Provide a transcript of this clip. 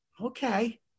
okay